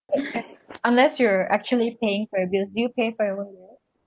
unless you're actually paying for this do you pay for what you